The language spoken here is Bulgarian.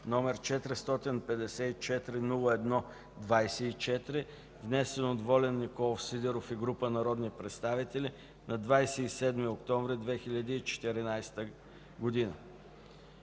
№ 454-01-24, внесен от Волен Николов Сидеров и група народни представители на 27 октомври 2014 г.;